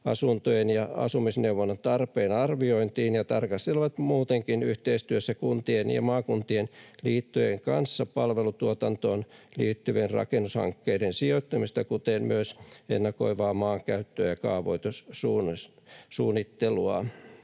ja asumisneuvonnan tarpeen arviointiin ja tarkastelevat muutenkin yhteistyössä kuntien ja maakuntien liittojen kanssa palvelutuotantoon liittyvien rakennushankkeiden sijoittumista kuten myös ennakoivaa maankäyttöä ja kaavoitussuunnittelua.